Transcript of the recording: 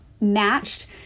matched